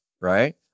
right